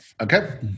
Okay